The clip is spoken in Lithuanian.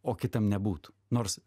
o kitam nebūtų nors